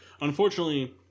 Unfortunately